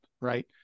right